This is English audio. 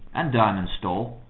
and diamond's stall.